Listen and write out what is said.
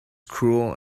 cruel